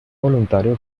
voluntario